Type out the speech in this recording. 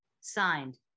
signed